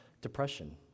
depression